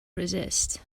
resist